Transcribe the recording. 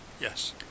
Yes